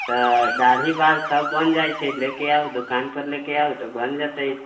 तऽ दाढ़ी बाल सभ बनि जाइत छै लऽ कऽ आउ दोकान पर लऽ कऽ आउ तऽ बनि जेतै